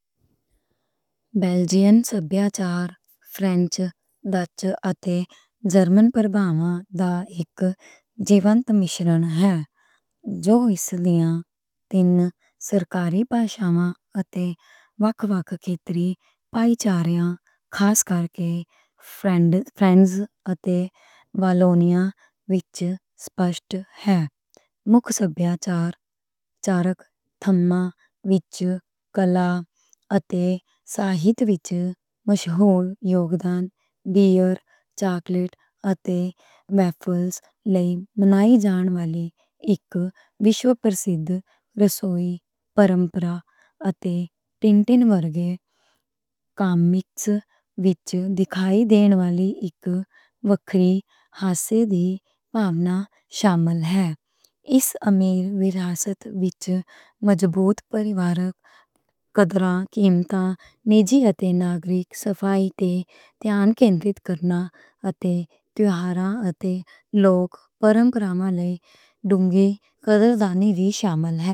بیلجیم دی ثقافت فلیندرز تے فرینچ، ڈچ تے جرمن پر مبنی اک مِشرن ہے جو تِن سرکاری بھاشاواں تے وکھ وکھ خطّے، خاص کرکے فلیمش تے والونیا وِچ سپشت ہے۔ مکھ ثقافت وِچ کلا تے ساہت دے مشہور یوگدان، بیئر، چاکلیٹ تے ویفلز لئی منائی جان والی اک وشوپرسدھ رسوئی شامل ہے۔ ٹنٹن ورگے کامکس وِچ دکھائی دیندی اک وکری ہاسے دی بھاؤنا وی شامل ہے۔ اس امیر وِراثت وِچ مضبوط پریوارک قدراں، قیمتاں، نجی تے ناگرک صفائی تے دھیان کینڈرِت کرنا تے تہوار تے لوک پرمپاراں لئی ڈونگھی قدر دانی وی شامل ہے۔